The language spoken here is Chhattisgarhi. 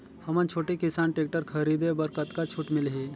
हमन छोटे किसान टेक्टर खरीदे बर कतका छूट मिलही?